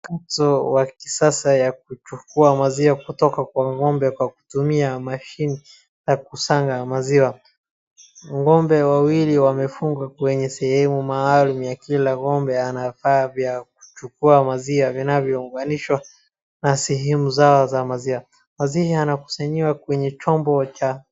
..mto wa kisasa ya kuchukua maziwa kutoka kwa ng'ombe kwa kutumia mashine ya kusanya maziwa. Ng'ombe wawili wamefungwa kwenye sehemu maalum ya kila ng'ombe ana vifaa vya kuchukua maziwa vinavyounganishwa na sehemu zao za maziwa. Maziwa yanakusanyiwa kwenye chombo cha...